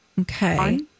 Okay